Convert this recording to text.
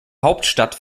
hauptstadt